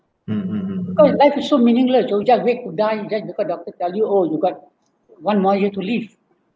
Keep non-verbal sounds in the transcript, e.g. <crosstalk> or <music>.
<noise> !oi! life is so meaningless you just wait to die and then the just because doctor tell you oh you got one more year to live